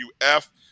UF